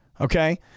okay